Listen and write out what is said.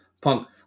Punk